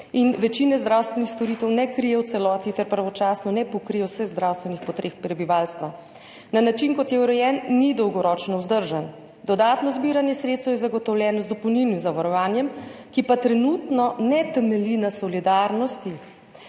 in večine zdravstvenih storitev ne krije v celoti ter ne pokrije pravočasno vseh zdravstvenih potreb prebivalstva. Na način, kot je urejen, ni dolgoročno vzdržen. Dodatno zbiranje sredstev je zagotovljeno z dopolnilnim zavarovanjem, ki pa trenutno ne temelji na solidarnosti,